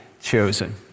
chosen